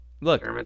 Look